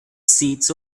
seats